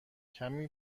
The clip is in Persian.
کمی